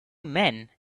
men